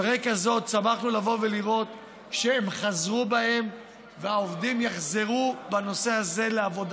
על רקע זה שמחנו לראות שהם חזרו בהם והעובדים יחזרו לעבודתם,